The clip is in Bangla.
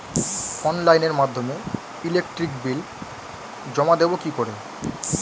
অনলাইনের মাধ্যমে ইলেকট্রিক বিল জমা দেবো কি করে?